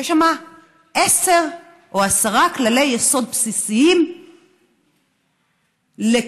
יש עשרה כללי יסוד בסיסיים לקיום